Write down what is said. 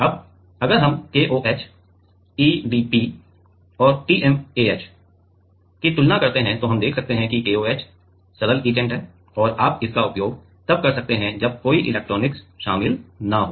अब अगर हम KOH EDP और TMAH की तुलना करते हैं तो हम देख सकते हैं कि KOH सरल इचंट है और आप इसका उपयोग तब कर सकते हैं जब कोई इलेक्ट्रॉनिक्स शामिल न हो